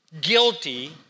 guilty